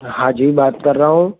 हाँजी बात कर रहा हूँ